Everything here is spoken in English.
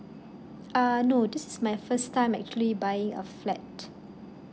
err no this is my first time actually buying a flat